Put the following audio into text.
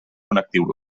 connectiu